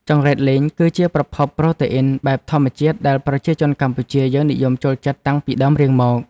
ចង្រិតលីងគឺជាប្រភពប្រូតេអ៊ីនបែបធម្មជាតិដែលប្រជាជនកម្ពុជាយើងនិយមចូលចិត្តតាំងពីដើមរៀងមក។